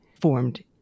formed